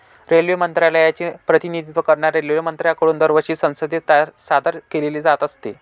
railway मंत्रालयाचे प्रतिनिधित्व करणाऱ्या रेल्वेमंत्र्यांकडून दरवर्षी संसदेत सादर केले जात असे